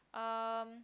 um